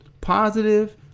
positive